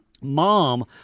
mom